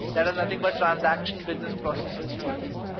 that are nothing but transaction business processes project,